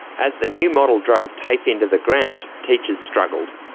as the new model drove tafe into the ground, teachers struggled.